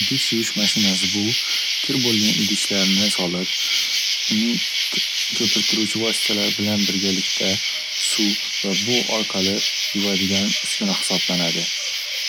Idish yuvish mashinasi bu kir boʻlgan idishlarni solib, uning koʻpirtiruvchi vositalari bilan birgalikda suv va bo'g' orqali yuvadigan uskuna hisoblanadi.